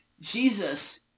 Jesus